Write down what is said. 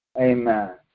Amen